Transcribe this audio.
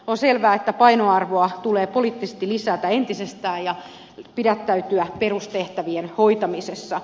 on selvää että painoarvoa tulee poliittisesti lisätä entisestään ja pidättäytyä perustehtävien hoitamisesta